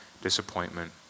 disappointment